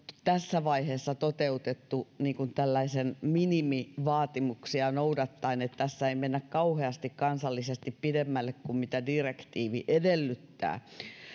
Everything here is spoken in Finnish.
tässä vaiheessa toteutettu tällaisia minimivaatimuksia noudattaen että tässä ei mennä kansallisesti kauheasti pidemmälle kuin mitä direktiivi edellyttää